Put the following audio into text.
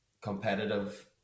competitive